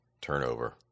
turnover